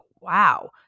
wow